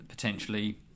Potentially